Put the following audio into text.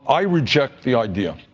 i reject the idea.